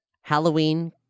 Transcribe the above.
Halloween